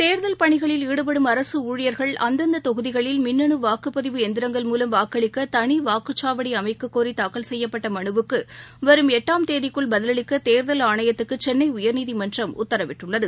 தேர்தல் பணிகளில் ஈடுபடும் அரசு ஊழியர்கள் அந்தந்த தொகுதிகளில் மின்னணு வாக்குப்பதிவு எந்திரங்கள் மூலம் வாக்களிக்க தனி வாக்குக்சாவடி அமைக்கக் கோரி தாக்கல் செய்யப்பட்ட மனுவுக்கு வரும் எட்டாம் தேதிக்குள் பதிலளிக்க தேர்தல் ஆணையத்துக்கு சென்னை உத்தரவிட்டுள்ளது